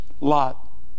Lot